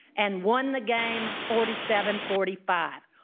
and won the game forty seven forty five.